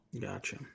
Gotcha